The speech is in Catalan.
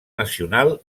nacional